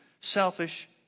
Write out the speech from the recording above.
selfish